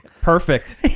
Perfect